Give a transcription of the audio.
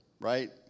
right